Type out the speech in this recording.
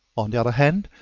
on the other hand,